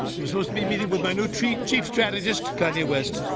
i'm supposed to be meeting with my new chief chief strategist, kanye west.